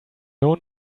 known